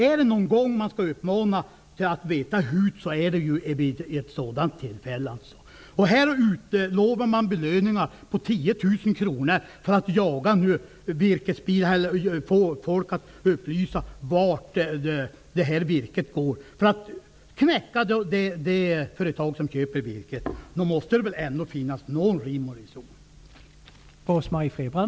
Är det någon gång man skall uppmana till att veta hut är det vid ett sådant tillfälle! Här utlovar man belöningar på 10 000 kronor för att få folk att upplysa var virket går för att knäcka de företag som köper virket! Nog måste det ändå finnas någon rim och reson!